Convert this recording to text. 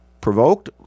provoked